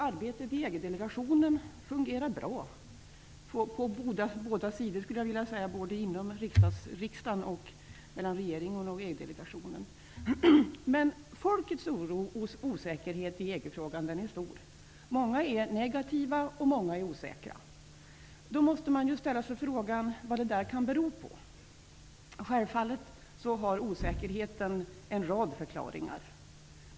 Arbetet i EG-delegationen fungerar bra dels inom riksdagen, dels mellan regeringen och EG-delegationen. Men folkets oro och osäkerhet i EG-frågan är stor. Många är negativa, och många är osäkra. Då måste man ställa sig frågan vad det kan bero på. Självfallet har osäkerheten en rad förklaringar.